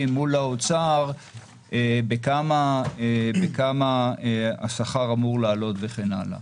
מול האוצר בכמה השכר אמור לעלות וכן הלאה.